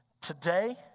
today